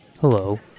Hello